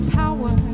power